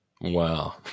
Wow